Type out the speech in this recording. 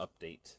update